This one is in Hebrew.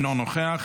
אינו נוכח,